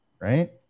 Right